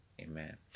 amen